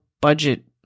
budget